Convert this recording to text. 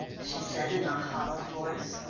she said in a hollow voice.